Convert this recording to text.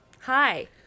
hi